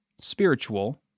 spiritual